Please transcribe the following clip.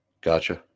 Gotcha